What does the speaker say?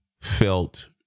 felt